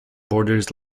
borders